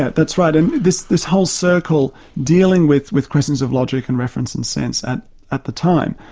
that's right. and this this whole circle dealing with with questions of logic and reference and sense at at the time,